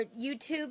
YouTube